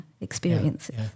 experiences